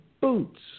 boots